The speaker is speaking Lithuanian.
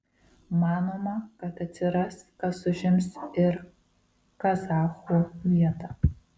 manoma kad atsiras kas užims ir kazachų vietą